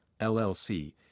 LLC